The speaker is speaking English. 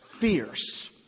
fierce